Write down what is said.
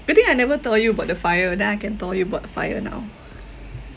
I think I never told you about the fire then I can told you about the fire now